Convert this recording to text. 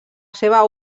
seva